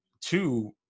two